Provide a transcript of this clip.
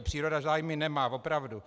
Příroda zájmy nemá, opravdu.